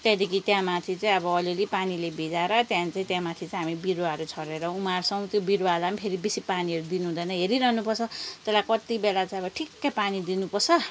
त्यहाँदेखि त्यहाँ माथि चाहिँ अब अलिअलि पानीले भिजाएर त्यहाँदेखि चाहिँ त्यहाँ माथि चाहिँ हामी बिरुवाहरू छरेर उमार्छौँ त्यो बिरुवालाई पनि फेरि बेसी पानीहरू दिनुहुँदैन हेरिरहनुपर्छ तर कति बेला चाहिँ ठिक्कै पानी दिनुपर्छ